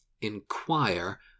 Inquire